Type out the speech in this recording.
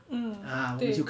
mm 对